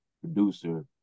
producer